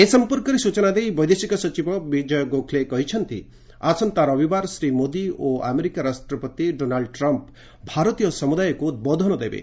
ଏ ସମ୍ପର୍କରେ ସ୍ଚନା ଦେଇ ବୈଦେଶିକ ସଚିବ ବିଜୟ ଗୋଖ୍ଲେ କହିଛନ୍ତି ଆସନ୍ତା ରବିବାର ଶ୍ରୀ ମୋଦି ଓ ଆମେରିକା ରାଷ୍ଟ୍ରପତି ଡୋନାଲ୍ଡ୍ ଟ୍ରମ୍ପ୍ ଭାରତୀୟ ସମୁଦାୟକୁ ଉଦ୍ବୋଧନ ଦେବେ